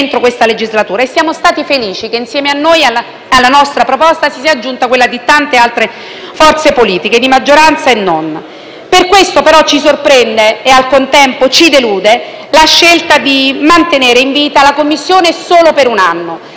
e siamo stati felici che alla nostra proposta si siano aggiunte quelle di tante altre forze politiche, di maggioranza e non. Per questo però ci sorprende e, al contempo, ci delude la scelta di mantenere in vita la Commissione solo per un anno,